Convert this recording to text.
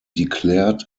declared